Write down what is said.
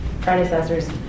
predecessors